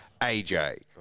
AJ